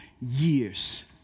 years